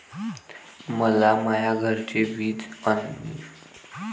मले माया घरचे विज बिल ऑनलाईन भरता येईन का?